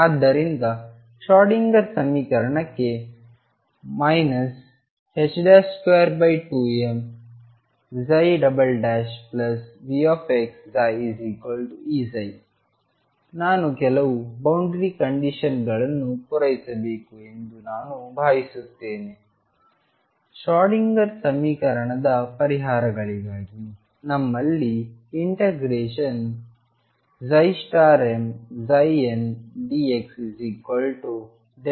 ಆದ್ದರಿಂದ ಶ್ರೋಡಿಂಗರ್ ಸಮೀಕರಣಕ್ಕೆ minus 22m VxψEψನಾನು ಕೆಲವು ಬೌಂಡರಿ ಕಂಡೀಶನ್ಗಳನ್ನು ಪೂರೈಸಬೇಕು ಎಂದು ನಾನು ಭಾವಿಸುತ್ತೇನೆ ಶ್ರೋಡಿಂಗರ್ ಸಮೀಕರಣದ ಪರಿಹಾರಗಳಿಗಾಗಿ ನಮ್ಮಲ್ಲಿ ∫mndxmn ಇದೆ